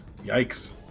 yikes